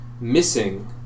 missing